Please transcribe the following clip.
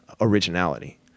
originality